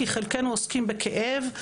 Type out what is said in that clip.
כי חלקנו עוסקים בכאב,